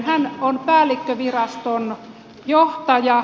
hän on päällikköviraston johtaja